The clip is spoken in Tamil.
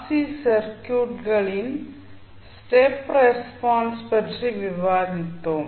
சி சர்க்யூட்களின் ஸ்டெப் ரெஸ்பான்ஸ் பற்றி விவாதித்தோம்